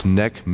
neck